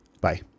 Bye